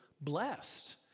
blessed